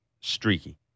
streaky